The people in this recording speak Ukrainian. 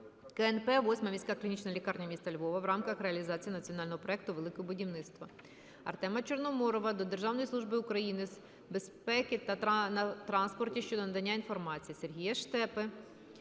КНП "8-а міська клінічна лікарня міста Львова" в рамках реалізації Національного проєкту "Велике будівництво". Артема Чорноморова до Державної служби України з безпеки на транспорті щодо надання інформації. Сергія Штепи